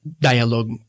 dialogue